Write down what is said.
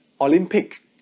Olympic